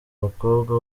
bakobwa